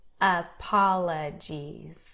apologies